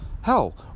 Hell